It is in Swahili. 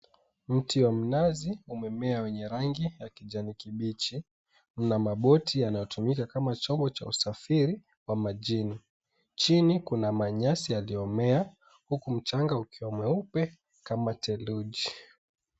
Mti wa mnazi umemea wenye rangi ya kijani kibichi. Kuna maboti yanayotumika kama chombo cha usafiri wa majini. Chini kuna manyasi yaliyomea huku mchanga ukiwa mweupe kama theluji.